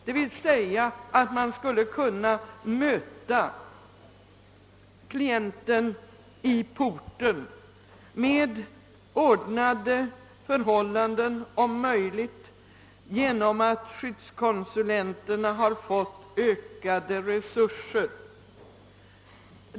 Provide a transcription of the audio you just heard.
Man skulle så att säga kunna möta klienten i porten — om möjligt med ordnade förhållanden — genom att skyddskonsulenterna finge ökade resurser.